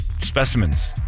specimens